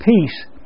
peace